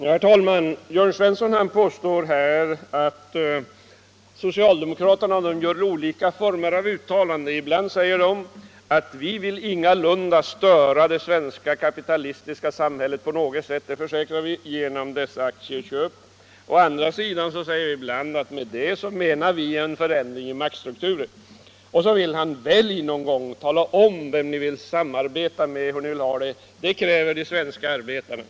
Herr talman! Jörn Svensson påstår att socialdemokraterna gör olika uttalanden. Ibland säger vi att vi med dessa aktieköp ingalunda vill störa det svenska kapitalistiska samhället, det försäkrar vi. Och ibland säger vi att med det menar vi en förändring i maktstrukturen. Och så tillägger herr Svensson: Välj någon gång och tala om vem ni vill samarbeta med och hur ni vill ha det; det kräver de svenska arbetarna!